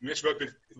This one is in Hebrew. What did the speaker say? אם יש בעיות בתפעול,